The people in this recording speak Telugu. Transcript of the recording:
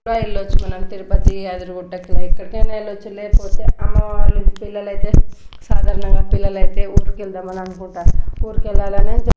వెళ్ళచ్చు మనం తిరుపతి యాదరిగుట్టకి ఇలా ఎక్కడికైనా వెళ్ళచ్చు లేకపోతే అమ్మ వాళ్ళు పిల్లలయితే సాధారణంగా పిల్లలయితే ఊరికెళ్దాం అననుకుంటారు ఊరికెళ్ళాలనే